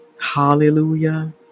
Hallelujah